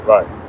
Right